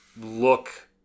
look –